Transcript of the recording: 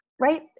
right